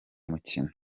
mukino